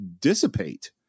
dissipate